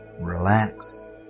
Relax